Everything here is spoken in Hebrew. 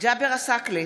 ג'אבר עסאקלה,